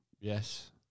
Yes